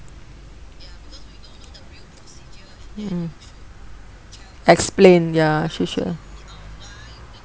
mm explain ya she should ah